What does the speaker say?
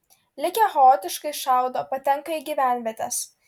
likę chaotiškai šaudo patenka į gyvenvietes